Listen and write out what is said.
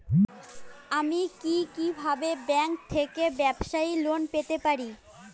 আমি কি কিভাবে ব্যাংক থেকে ব্যবসায়ী লোন পেতে পারি?